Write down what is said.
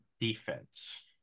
defense